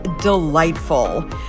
delightful